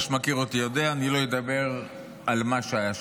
מי שמכיר אותי יודע, אני לא אדבר על מה שהיה שם.